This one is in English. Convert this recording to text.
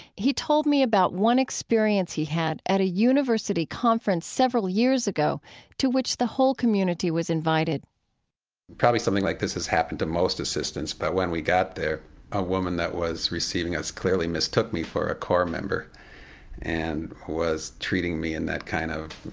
he told me about one experience he had at a university conference several years ago to which the whole community was invited probably something like this has happened to most assistants, but when we got there a woman that was receiving us clearly mistook me for a core member and was treating me in that kind of,